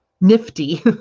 nifty